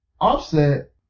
Offset